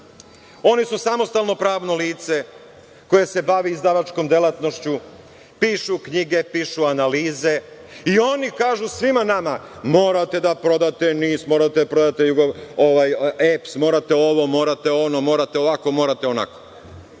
oni su samostalno pravno lice koje se bavi izdavačkom delatnošću, pišu knjige, pišu analize. I oni kažu svima nama – morate da prodate NIS, morate da prodate EPS, morate ovo, morate ono, morate ovako, morate onako. Ko